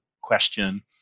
question